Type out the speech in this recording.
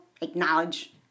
Acknowledge